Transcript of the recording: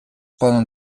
poden